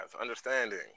understanding